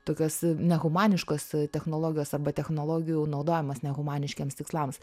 tokios nehumaniškos technologijos arba technologijų naudojimas nehumaniškiems tikslams